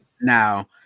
Now